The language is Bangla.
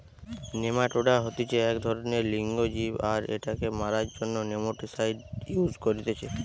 নেমাটোডা হতিছে এক ধরণেরএক লিঙ্গ জীব আর এটাকে মারার জন্য নেমাটিসাইড ইউস করতিছে